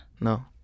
No